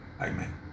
Amen